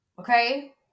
Okay